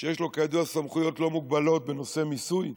שיש לו כידוע סמכויות לא מוגבלות בנושא מיסוי,